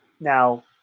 now